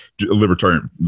libertarian